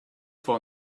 for